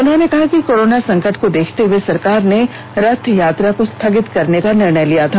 उन्होंने कहा कि कोरोना संकट को देखते हुए सरकार ने रथयात्रा को स्थगित करने का निर्णय लिया था